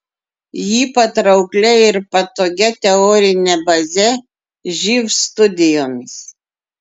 jį patrauklia ir patogia teorine baze živ studijoms